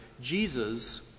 Jesus